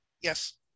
Yes